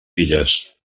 filles